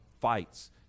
fights